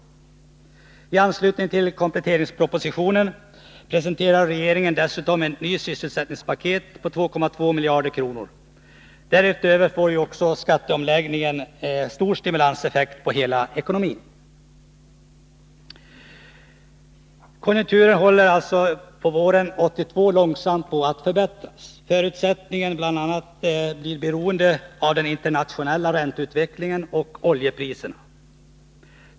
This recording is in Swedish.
I anslutning till kompletteringspropositionen presenterade regeringen dessutom ett nytt sysselsättningspaket på 2,2 miljarder kronor. Därutöver får skatteomläggningen stor stimulanseffekt på hela ekonomin. Konjunkturen håller våren 1982 långsamt på att förbättras. Fortsättningen blir bl.a. beroende av den internationella ränteutvecklingen och oljepriserna.